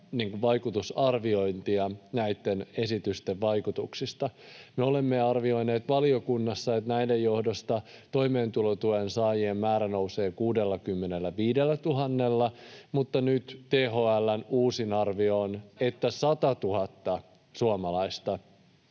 vaikutusarviointia näitten esitysten vaikutuksista. Me olemme arvioineet valiokunnassa, että näiden johdosta toimeentulotuen saajien määrä nousee 65 000:lla, mutta nyt THL:n uusin arvio on, että 100 000 suomalaista